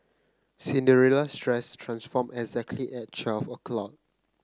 Cinderella's dress transformed exactly at twelve o'clock